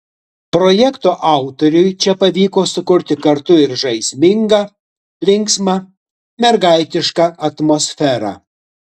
projekto autoriui čia pavyko sukurti kartu ir žaismingą linksmą mergaitišką atmosferą